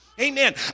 Amen